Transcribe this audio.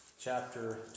Chapter